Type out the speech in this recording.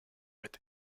with